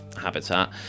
habitat